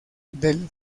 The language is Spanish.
del